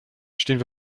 stehen